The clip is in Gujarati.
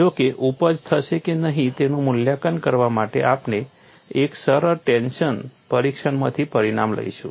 જો કે ઉપજ થશે કે નહીં તેનું મૂલ્યાંકન કરવા માટે આપણે એક સરળ ટેંશન પરીક્ષણમાંથી પરિણામ લઈશું